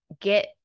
get